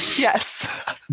yes